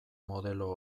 modelo